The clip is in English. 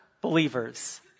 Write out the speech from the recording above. believers